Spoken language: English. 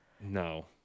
No